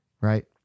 Right